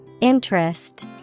Interest